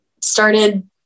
started